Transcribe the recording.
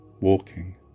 walking